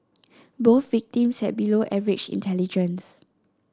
both victims had below average intelligence